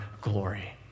glory